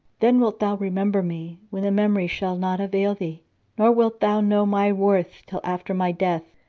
then wilt thou remember me, when the memory shall not avail thee nor wilt thou know my worth till after my death.